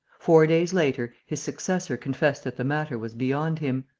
four days later, his successor confessed that the matter was beyond him.